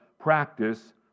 practice